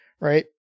Right